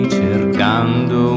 cercando